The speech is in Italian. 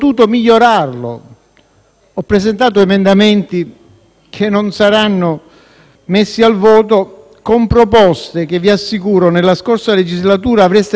Ho presentato emendamenti che non saranno messi al voto con proposte che - vi assicuro - nella scorsa legislatura avreste presentato voi.